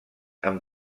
amb